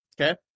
Okay